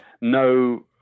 no